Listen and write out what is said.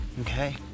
okay